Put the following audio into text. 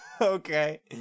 okay